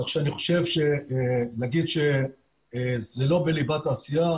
כך שאני חושב שלהגיד שזה לא בליבת העשייה.